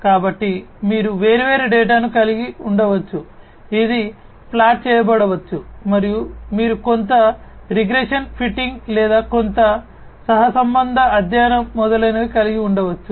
కాబట్టి మీరు వేర్వేరు డేటాను కలిగి ఉండవచ్చు ఇది ప్లాట్ చేయబడవచ్చు మరియు మీరు కొంత రిగ్రెషన్ ఫిట్టింగ్ లేదా కొంత సహసంబంధ అధ్యయనం మొదలైనవి కలిగి ఉండవచ్చు